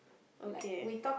okay